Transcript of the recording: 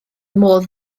modd